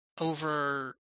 over